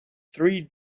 three